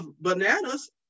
bananas